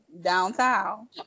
Downtown